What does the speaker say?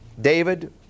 David